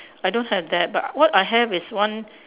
I don't have that but what I have is one